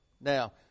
Now